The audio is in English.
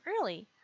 early